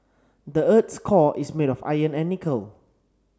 the earth's core is made of iron and nickel